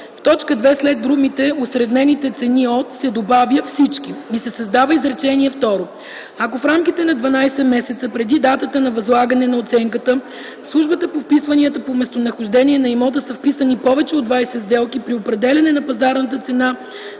в т. 2 след думите „осреднените цени от” се добавя „всички” и се създава изречение второ: „Ако в рамките на 12 месеца преди датата на възлагане на оценката в службата по вписванията по местонахождение на имота са вписани повече от 20 сделки, при определяне на пазарната цена